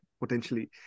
potentially